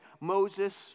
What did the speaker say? Moses